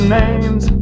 names